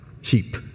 sheep